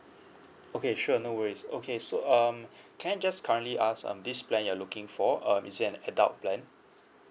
okay sure no worries okay so um can I just currently ask um this plan you're looking for um is an adult plan